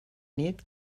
nit